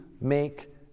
make